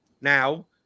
now